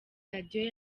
radiyo